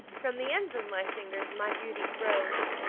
from the ends of my fingers my beauty grows.